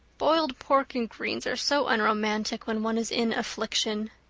boiled pork and greens are so unromantic when one is in affliction.